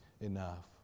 enough